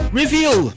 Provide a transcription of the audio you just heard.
reveal